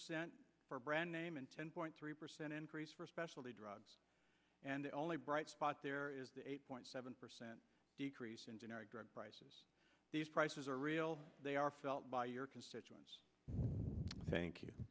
cent for brand name and ten point three percent increase for specialty drugs and the only bright spot there is seven percent decrease in generic drug prices these prices are real they are felt by your constituents thank you